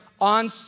on